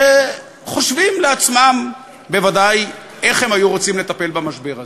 שחושבים לעצמם בוודאי איך הם היו רוצים לטפל במשבר הזה.